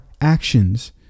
actions